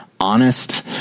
honest